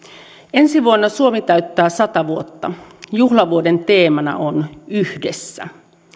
ensi vuonna suomi täyttää sata vuotta juhlavuoden teemana on yhdessä